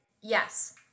Yes